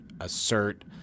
assert